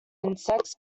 insects